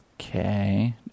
Okay